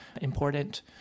important